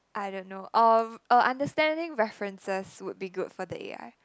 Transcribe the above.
I don't know or or understanding references would be good for the a_i